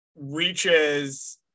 reaches